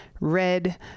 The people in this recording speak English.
red